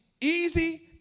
easy